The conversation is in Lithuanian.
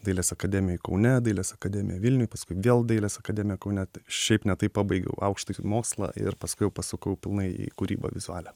dailės akademijoj kaune dailės akademija vilniuj paskui vėl dailės akademija kaune šiaip ne taip pabaigiau aukštąjį mokslą ir paskui jau pasukau pilnai į kūrybą vizualią